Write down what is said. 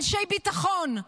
אנשי ביטחון,